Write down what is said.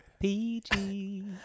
PG